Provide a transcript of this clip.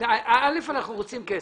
רוצים כסף.